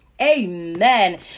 Amen